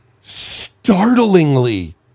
startlingly